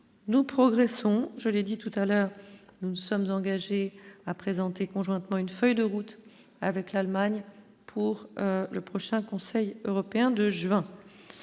nous progressons, je l'ai dit tout à l'heure, nous nous sommes engagés à présenter conjointement une feuille de route avec l'Allemagne pour le prochain conseil européen de juin,